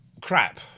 crap